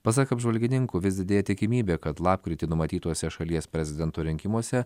pasak apžvalgininkų vis didėja tikimybė kad lapkritį numatytuose šalies prezidento rinkimuose